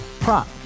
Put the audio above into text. Prop